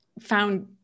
found